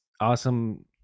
awesome